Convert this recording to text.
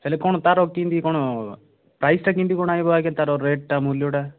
ହେଲେ କ'ଣ ତା'ର କେମିତି କ'ଣ ପ୍ରାଇସ୍ଟା କେମିତି କ'ଣ ଆସିବ ତା'ର ରେଟ୍ଟା ମୂଲ୍ୟଟା